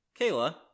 Kayla